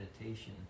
meditation